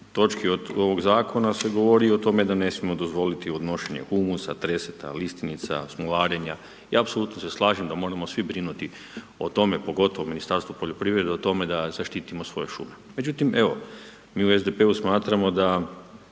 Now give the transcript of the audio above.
točki ovog zakona se govori o tome da ne smijemo dozvoliti odnošenje humusa, treseta, listinica, smolarenja i apsolutno se slažem da moramo svi brinuti o tome, pogotovo Ministarstvo poljoprivrede o tome da zaštitimo svoje šume. Međutim, evo mi u SDP-u smatramo da